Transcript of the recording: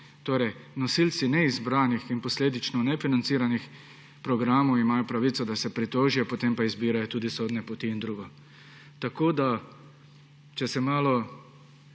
imajo nosilci neizbranih in posledično nefinanciranih programov pravico, da se pritožijo, potem pa izbirajo tudi sodne poti in drugo. Če se mogoče še malo